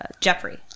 Jeffrey